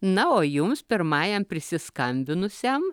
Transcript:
na o jums pirmajam prisiskambinusiam